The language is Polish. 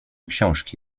książki